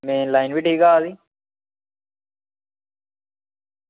नेईं लाइन बी ठीक आ दी